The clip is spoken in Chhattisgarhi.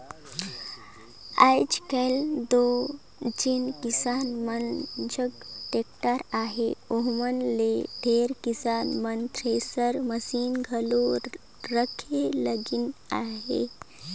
आएज काएल दो जेन किसान मन जग टेक्टर अहे ओमहा ले ढेरे किसान मन थेरेसर मसीन घलो रखे लगिन अहे